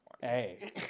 Hey